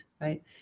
right